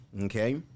okay